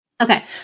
Okay